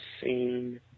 seen